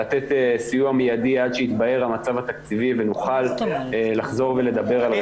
לתת סיוע מיידי עד שיתבהר המצב התקציבי ונוכל לחזור ולדבר על רפורמה.